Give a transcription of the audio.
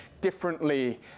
differently